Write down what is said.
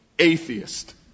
atheist